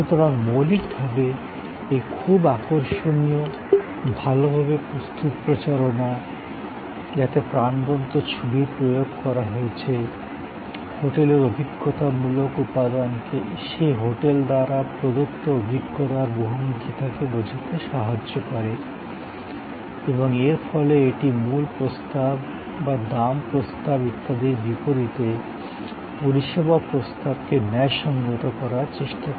সুতরাং মৌলিকভাবে এই খুব আকর্ষণীয় ভালভাবে প্রস্তুত প্রচারণা যাতে প্রাণবন্ত ছবির প্রয়োগ করা হয়েছে হোটেলের অভিজ্ঞতামূলক উপাদানকে সেই হোটেল দ্বারা প্রদত্ত অভিজ্ঞতার বহুমুখিতাকে বুঝতে সাহায্য করে এবং এর ফলে এটি মূল্য প্রস্তাব বা দাম প্রস্তাব ইত্যাদির বিপরীত পরিষেবা প্রস্তাবকে ন্যায়সঙ্গত করার চেষ্টা করে